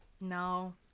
No